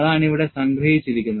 അതാണ് ഇവിടെ സംഗ്രഹിച്ചിരിക്കുന്നത്